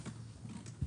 בפריקה.